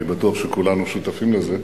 אני בטוח שכולנו שותפים לזה,